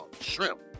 shrimp